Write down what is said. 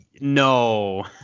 no